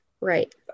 right